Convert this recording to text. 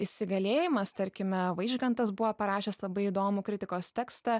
įsigalėjimas tarkime vaižgantas buvo parašęs labai įdomų kritikos tekstą